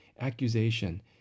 accusation